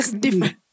different